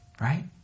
Right